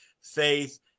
faith